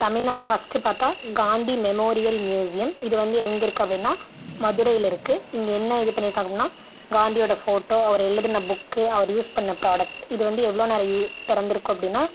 தமிழ்நாட்டில் ஃபஸ்ட்டு பார்த்தா Gandhi memorial museum இது வந்து எங்கேருக்கு அப்படின்னா மதுரையில இருக்குது இங்கே என்ன இது பண்ணியிருக்காங்க அப்படின்னா காந்தியோட ஃபோட்டோ அவர் எழுதின புக்கு அவர் யூஸ் பண்ண ப்ராடக்ட் இது வந்து எவ்வளோ நேரம் திறந்துருக்கும் அப்படின்னா